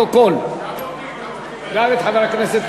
לפרוטוקול אני מוסיף את השרה יעל גרמן,